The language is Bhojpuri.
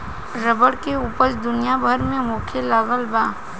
रबर के ऊपज दुनिया भर में होखे लगल बा